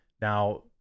Now